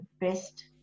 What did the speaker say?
best